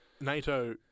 NATO